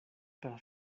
per